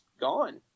gone